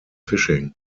fishing